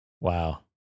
Wow